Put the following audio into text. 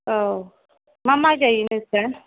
औ मा माय गायो नोंस्रा